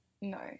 no